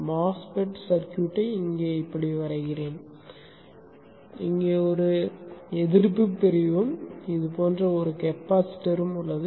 MOSFET சர்க்யூட்டை இங்கே இப்படி வரைகிறேன் இங்கே ஒரு எதிர்ப்புப் பிரிவும் இது போன்ற ஒரு கெப்பாசிட்டரும் உள்ளது